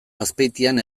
azpeitian